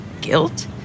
Guilt